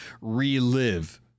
relive